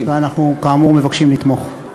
אנחנו, כאמור, מבקשים לתמוך.